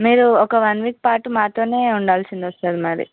మీరు ఒక one week పాటు మాతోనే ఉండాల్సింది వస్తుంది మరి